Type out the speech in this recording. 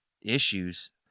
issues